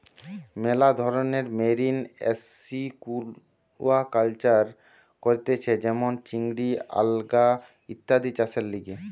মেলা ধরণের marine aquaculture করতিছে যেমন চিংড়ি, আলগা ইত্যাদি চাষের লিগে